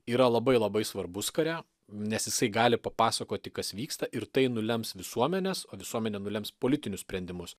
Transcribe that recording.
yra labai labai svarbus kare nes jisai gali papasakoti kas vyksta ir tai nulems visuomenės o visuomenė nulems politinius sprendimus